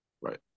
Right